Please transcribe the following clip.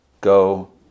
Go